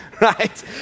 right